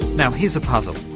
now here's a puzzle.